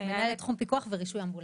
מנהלת תחום פיקוח ורישוי אמבולנסים.